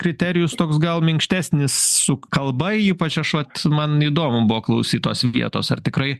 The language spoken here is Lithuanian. kriterijus toks gal minkštesnis su kalba ypač aš vat man įdomu buvo klausyt tos vietos ar tikrai